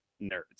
nerds